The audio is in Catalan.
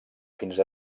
fins